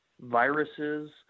viruses